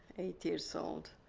eight years old.